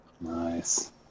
Nice